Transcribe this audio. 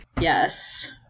Yes